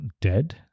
dead